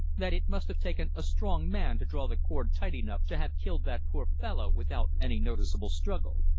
that it must have taken a strong man to draw the cord tight enough to have killed that poor fellow without any noticeable struggle.